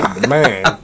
Man